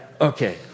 Okay